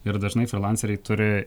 ir dažnai frylanceriai turi